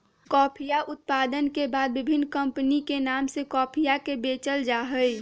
कॉफीया उत्पादन के बाद विभिन्न कमपनी के नाम से कॉफीया के बेचल जाहई